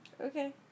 Okay